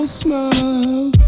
smile